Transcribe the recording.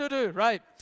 Right